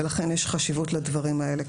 ולכן יש חשיבות לדברים האלה.